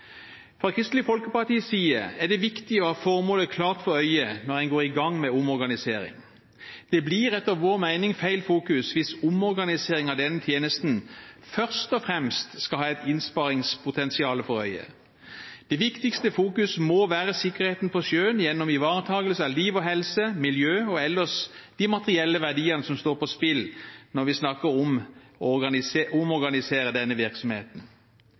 Fra Kristelig Folkepartis side er det viktig å ha formålet klart for øye når en går i gang med omorganisering. Det blir etter vår mening feil fokus hvis omorganisering av denne tjenesten først og fremst skal ha et innsparingspotensial for øye. Det viktigste fokus må være sikkerheten på sjøen gjennom ivaretakelse av liv og helse, miljø og ellers de materielle verdiene som står på spill, når vi snakker om å omorganisere denne virksomheten.